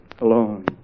alone